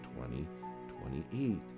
20.28